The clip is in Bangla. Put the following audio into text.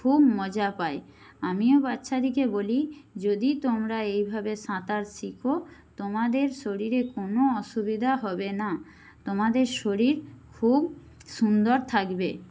খুব মজা পায় আমিও বাচ্চাদিকে বলি যদি তোমরা এইভাবে সাঁতার শেখো তোমাদের শরীরে কোনো অসুবিধা হবে না তোমাদের শরীর খুব সুন্দর থাকবে